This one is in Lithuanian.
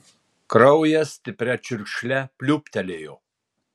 kraujas stipria čiurkšle pliūptelėjo